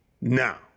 now